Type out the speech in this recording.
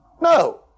No